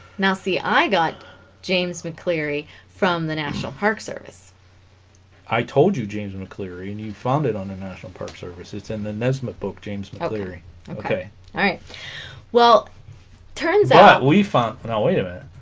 now see i got james mccleary from the national park service i told you james mccleary and you found it on the national park service it's in the nesmith book james mallory okay all right well turns out we found not wait a minute